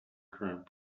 current